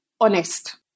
honest